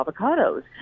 avocados